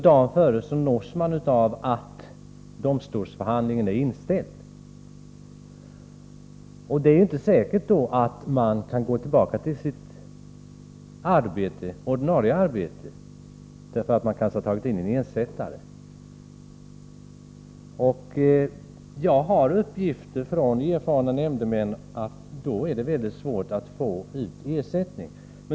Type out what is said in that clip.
Dagen före nås han av beskedet att domstolsförhandlingen är inställd. Det är inte säkert att alla nämndemän då kan gå tillbaka till sitt ordinarie arbete, eftersom en ersättare kan ha kallats in. Jag har uppgifter från erfarna nämndemän om att det i sådana fall är mycket svårt att få ut ersättning.